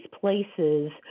places